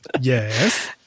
yes